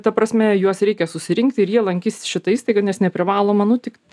ta prasme juos reikia susirinkti ir jie lankys šitą įstaigą nes neprivaloma nu tik